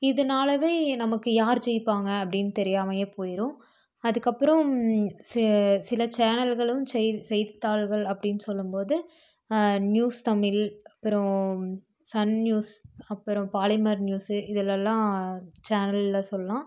இதனாலவே நமக்கு யாரு ஜெயிப்பாங்க அப்படின்னு தெரியாமையே போயிடும் அதுக்கப்புறோம் சில சேனல்களும் செய்தி செய்தி தாள்கள் அப்படின்னு சொல்லும் போது நியூஸ் தமிழ் அப்புறோம் சன் நியூஸ் அப்புறோம் பாலிமர் நியூஸ்ஸு இதெலெல்லாம் சேனலில் சொல்லாம்